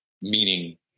meaning